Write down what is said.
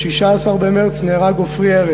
ב-16 במרס נהרג ארז עופרי,